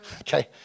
Okay